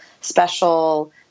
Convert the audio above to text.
special